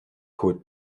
côte